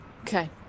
okay